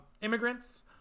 immigrants